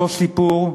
אותו סיפור,